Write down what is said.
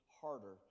harder